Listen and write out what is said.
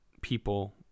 People